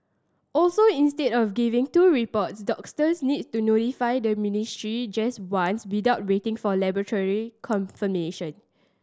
also instead of giving two reports doctors need to notify the ministry just once without waiting for laboratory confirmation